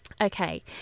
Okay